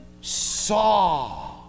saw